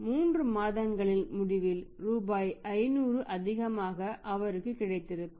எனவே 3 மாதங்களின் முடிவில் ரூபாய் 500 அதிகமாக அவருக்குகிடைத்திருக்கும்